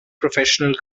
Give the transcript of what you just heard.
professional